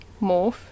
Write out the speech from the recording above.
morph